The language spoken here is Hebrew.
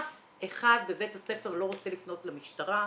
אף אחד בבית הספר לא רוצה לפנות למשטרה.